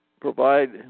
provide